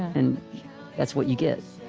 and that's what you get.